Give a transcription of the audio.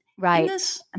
Right